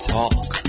Talk